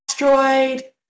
asteroid